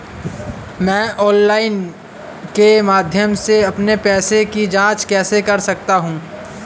मैं ऑनलाइन के माध्यम से अपने पैसे की जाँच कैसे कर सकता हूँ?